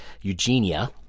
Eugenia